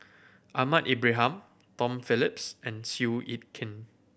Ahmad Ibrahim Tom Phillips and Seow Yit Kin